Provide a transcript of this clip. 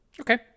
Okay